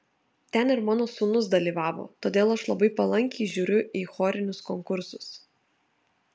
ten ir mano sūnus dalyvavo todėl aš labai palankiai žiūriu į chorinius konkursus